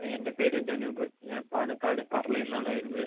എൻ്റെ പേര് ധനൂപ് ഞാൻ പാലക്കാട് പറളിന്നാണ് വരുന്നത്